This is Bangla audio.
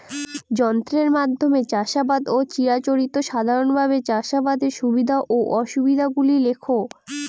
যন্ত্রের মাধ্যমে চাষাবাদ ও চিরাচরিত সাধারণভাবে চাষাবাদের সুবিধা ও অসুবিধা গুলি লেখ?